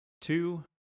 two